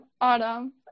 Autumn